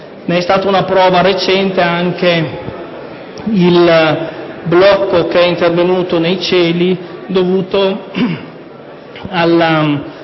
ne è stata una prova recente anche il blocco che è intervenuto nei cieli dovuto alla